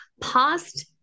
past